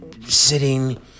sitting